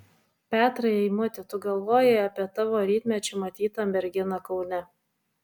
petrai eimuti tu galvoji apie tavo rytmečiu matytą merginą kaune